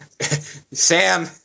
Sam